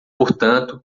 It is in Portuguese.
portanto